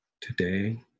today